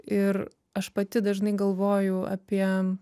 ir aš pati dažnai galvoju apie